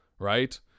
right